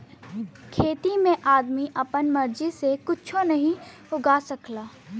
खेती में आदमी आपन मर्जी से कुच्छो नाहीं उगा सकला